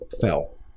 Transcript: fell